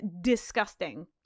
disgusting